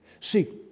See